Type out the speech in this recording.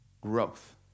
growth